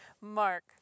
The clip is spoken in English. Mark